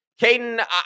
Caden